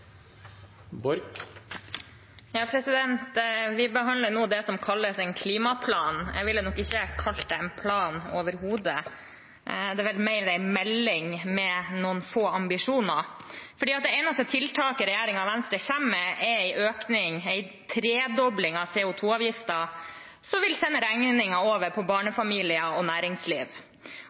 Vi behandler nå det som kalles en «klimaplan». Jeg ville nok ikke kalt det en plan overhodet. Det er vel mer en melding med noen få ambisjoner. For det eneste tiltaket regjeringen og Venstre kommer med, er en økning – en tredobling – av CO 2 -avgiften, som vil sende regningen over til barnefamilier og næringsliv.